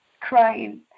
crying